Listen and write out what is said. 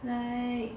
like